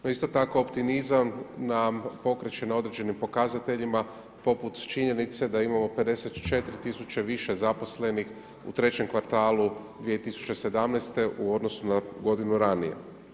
No, isto tako, optimizam, nam pokreće na određenim pokazateljima, poput činjenice da imamo 54000 više zaposlenih u 3 kvartalu 2017. u odnosu na godinu radnije.